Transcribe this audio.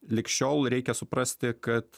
lig šiol reikia suprasti kad